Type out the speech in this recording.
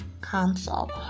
console